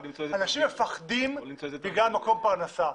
אנשים מפחדים בגלל מקור פרנסה.